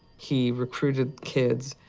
he recruited kids,